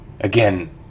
Again